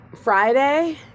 friday